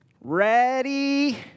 ready